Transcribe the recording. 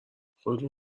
خودتون